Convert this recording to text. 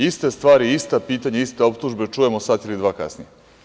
Iste stvari, ista pitanja, iste optužbe čujemo sat ili dva kasnije.